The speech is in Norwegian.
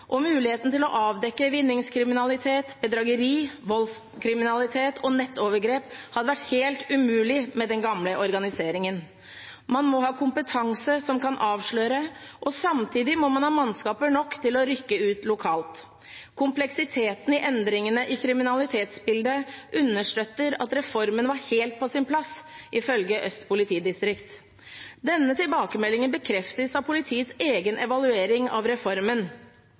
og muligheten til å avdekke vinningskriminalitet, bedrageri, voldskriminalitet og nettovergrep hadde vært helt umulig med den gamle organiseringen. Man må ha kompetanse som kan avsløre, og samtidig må man ha mannskaper nok til å rykke ut lokalt. Kompleksiteten i endringene i kriminalitetsbildet understøtter at reformen var helt på sin plass, ifølge Øst politidistrikt. Denne tilbakemeldingen bekreftes av politiets egen evaluering av reformen,